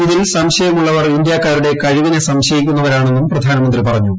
ഇതിൽ സംശയ്മൂള്ളവർ ഇന്ത്യാക്കാരുടെ കഴിവിനെ സംശയിക്കുന്നവരാണെന്നും പ്രധാനമന്ത്രി പറഞ്ഞു